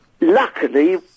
Luckily